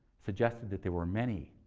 suggesting that they were many.